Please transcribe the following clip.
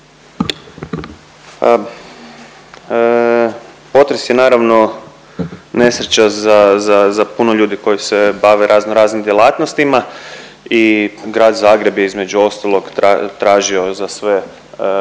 Potres je naravno nesreća za puno ljudi koji se bave razno raznim djelatnostima i grad Zagreb je između ostalog tražio za sve svoje